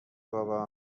بابا